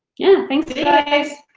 yeah, thanks, you guys.